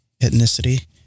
ethnicity